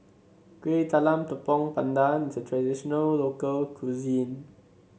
Kuih Talam Tepong Pandan is a traditional local cuisine